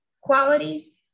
quality